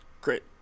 Great